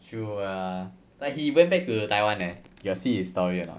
true lah like he went back to the taiwan eh you got see his story or not